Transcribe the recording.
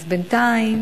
אז בינתיים